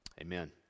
amen